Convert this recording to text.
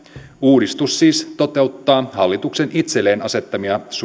uudistus siis toteuttaa hallituksen itselleen asettamia